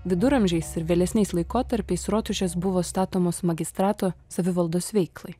viduramžiais ir vėlesniais laikotarpiais rotušės buvo statomos magistrato savivaldos veiklai